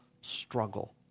struggle